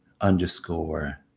underscore